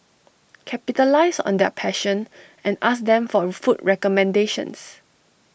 capitalise on their passion and ask them for food recommendations